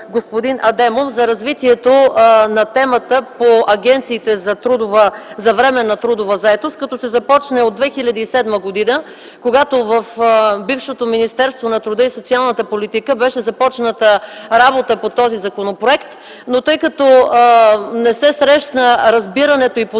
господин Адемов за развитието на темата по агенциите за временна трудова заетост, като се започне от 2007 г., когато в бившето Министерство на труда и социалната политика беше започната работа по този законопроект. Но тъй като не се срещна разбирането и подкрепата